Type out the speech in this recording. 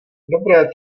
dobré